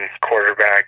quarterback